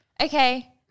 Okay